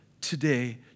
today